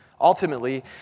ultimately